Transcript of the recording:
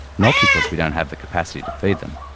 not because we don't have the capacity to feed them.